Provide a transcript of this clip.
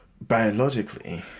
biologically